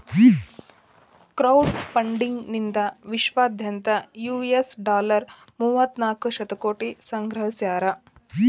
crowd funding ನಿಂದಾ ವಿಶ್ವದಾದ್ಯಂತ್ U S dollar ಮೂವತ್ತನಾಕ ಶತಕೋಟಿ ಸಂಗ್ರಹಿಸ್ಯಾರ